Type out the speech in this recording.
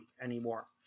anymore